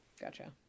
Gotcha